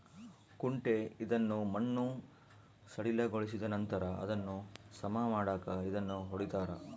ಕುಂಟೆ ಇದನ್ನು ಮಣ್ಣು ಸಡಿಲಗೊಳಿಸಿದನಂತರ ಅದನ್ನು ಸಮ ಮಾಡಾಕ ಇದನ್ನು ಹೊಡಿತಾರ